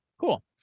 Cool